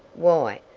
why,